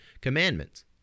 commandments